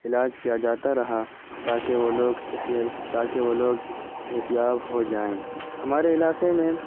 علاج کیا جاتا رہا تاکہ وہ لوگ تاکہ وہ لوگ صحت یاب ہو جائیں ہمارے علاقے میں